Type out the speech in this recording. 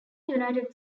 united